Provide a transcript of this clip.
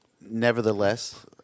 nevertheless